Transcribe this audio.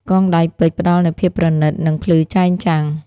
កងដៃពេជ្រ ផ្តល់នូវភាពប្រណិត និងភ្លឺចែងចាំង។